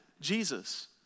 Jesus